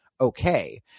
Okay